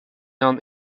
non